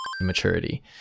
...maturity